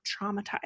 traumatized